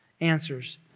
answers